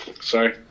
Sorry